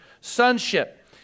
sonship